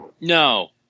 No